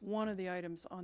one of the items on